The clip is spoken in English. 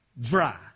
dry